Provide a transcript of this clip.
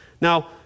Now